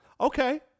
Okay